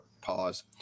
Pause